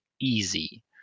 easy